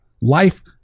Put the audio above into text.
Life